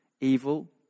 evil